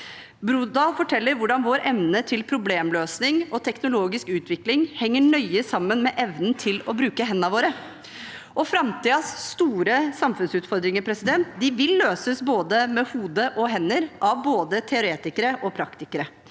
Brodal forteller hvordan vår evne til problemløsning og teknologisk utvikling henger nøye sammen med evnen til å bruke hendene våre, og framtidens store samfunnsutfordringer vil løses med både hode og hender – av både teoretikere og praktikere.